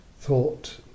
Thought